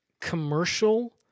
commercial